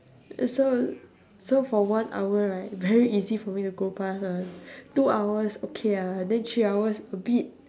uh so so for one hour right very easy for me to go pass [one] two hours okay ah then three hours a bit